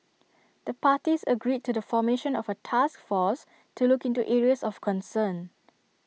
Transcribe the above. the parties agreed to the formation of A task force to look into areas of concern